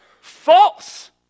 False